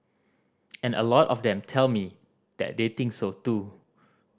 and a lot of them tell me that they think so too